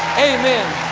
amen.